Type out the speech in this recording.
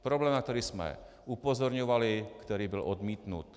Problém, na který jsme upozorňovali, který byl odmítnut.